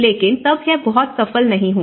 लेकिन तब यह बहुत सफल नहीं हुआ